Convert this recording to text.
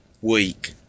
week